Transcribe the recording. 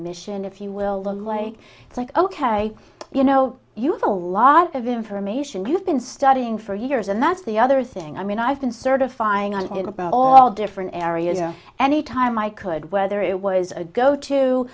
mission if you will like it's like ok you know you have a lot of information you've been studying for years and that's the other thing i mean i've been certifying on in about all different areas any time i could whether it was a go to